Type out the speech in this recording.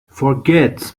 forget